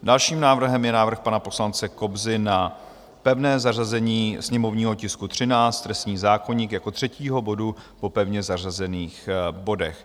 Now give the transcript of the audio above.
Dalším návrhem je návrh pana poslance Kobzy na pevné zařazení sněmovního tisku 13, lesní zákoník, jako třetího bodu po pevně zařazených bodech.